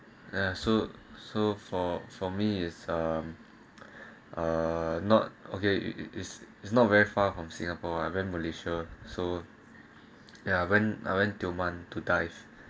ya so so for for me is um not okay it it is it's not very far from singapore went malaysia so yeah when I went tioman to dive